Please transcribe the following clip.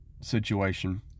situation